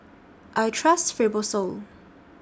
I Trust Fibrosol